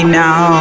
now